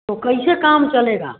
तो कैसे काम चलेगा